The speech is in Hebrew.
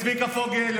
צביקה פוגל,